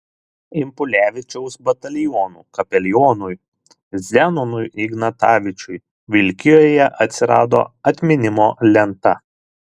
impulevičiaus batalionų kapelionui zenonui ignatavičiui vilkijoje atsirado atminimo lenta